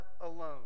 alone